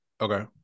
Okay